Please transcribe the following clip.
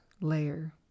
layer